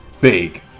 big